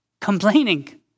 complaining